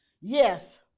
Yes